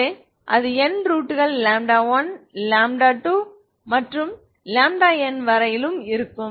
எனவே அது n ரூட்கள் 1 2 மற்றும் n இல் இருக்கும்